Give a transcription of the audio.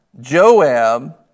Joab